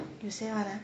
you say [one] ah